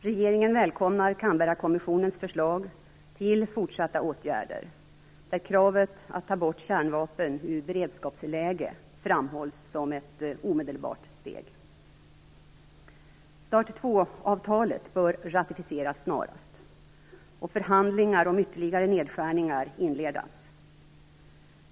Regeringen välkomnar Canberrakommissionens förslag till fortsatta åtgärder, där kravet att ta bort kärnvapnen ur beredskapsläge framhålls som ett omedelbart steg. START 2-avtalet bör ratificeras snarast och förhandlingar om ytterligare nedskärningar inledas.